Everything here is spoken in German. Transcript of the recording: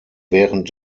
während